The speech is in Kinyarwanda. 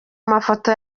mafoto